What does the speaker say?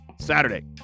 Saturday